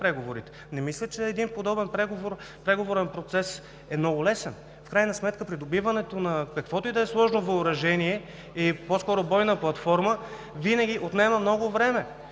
Не мисля, че един подобен преговорен процес е много лесен. В крайна сметка придобиването на каквото и да е сложно въоръжение, по-скоро бойна платформа, винаги отнема много време.